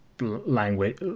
language